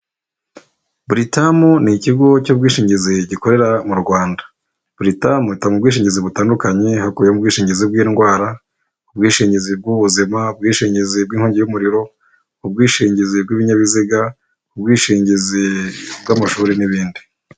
Buritamu ni ikigo cy'ubwishingizi gikorera mu Rwanda, Buritamu itanga ubwishingizi butandukanye hakubiyemo ubwishingizi bw'indwara, ubwishingizi bw'ubuzima, ubwishingizi bw'inkongi y'umuriro, ubwishingizi bw'ibinyabiziga, ubwishingizi bw'amashuri n'ibindi.